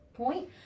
point